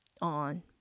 on